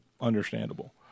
understandable